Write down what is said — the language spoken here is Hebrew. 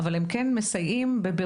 אבל הם כן מסייעים בבירורים